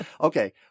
okay